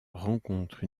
rencontre